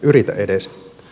yritä edes